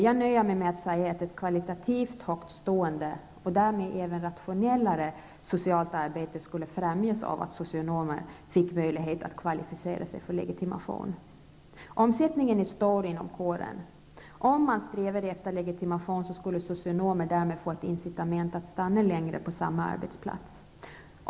Jag nöjer mig med att säga att ett kvalitativt högtstående och därmed även rationellare socialt arbete skulle främjas av att socionomer fick möjlighet att kvalificera sig för legitimation. Omsättningen är stor inom kåren. Om socionomer strävade efter legitimation skulle de därmed få ett incitament att stanna längre på samma arbetsplats.